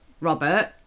Robert